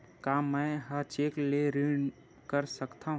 का मैं ह चेक ले ऋण कर सकथव?